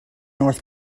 north